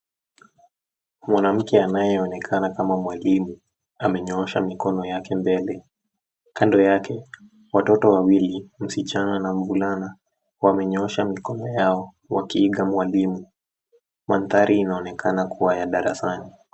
Mwanamke anyeonekana kama mwalimu amenyoosha mikono yake mbele. Kando yake watoto wawili, msichana na mvulana wamenyoosha mikono yao wakiiga mwalimu. Mandhari inaonekana kuwa ya darasani.